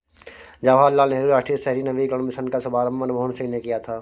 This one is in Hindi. जवाहर लाल नेहरू राष्ट्रीय शहरी नवीकरण मिशन का शुभारम्भ मनमोहन सिंह ने किया था